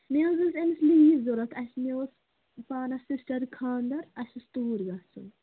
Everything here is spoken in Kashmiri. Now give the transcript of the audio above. مےٚ حظ ٲسۍ أمِس لیٖو ضوٚرَتھ اَسہِ مےٚ اوس پانَس سِسٹَرِ خانٛدَر اَسہِ اوس توٗرۍ گژھُن